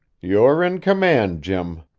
you're in command, jim!